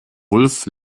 wulff